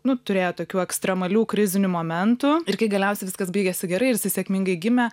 nu turėjo tokių ekstremalių krizinių momentų ir kai galiausiai viskas baigėsi gerai ir jisai sėkmingai gimė